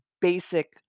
basic